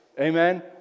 Amen